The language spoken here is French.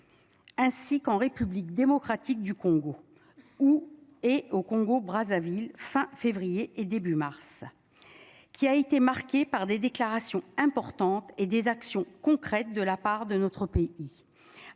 Ainsi qu'en République démocratique du Congo ou et au Congo Brazzaville fin février et début mars. Qui a été marquée par des déclarations importantes et des actions concrètes de la part de notre pays.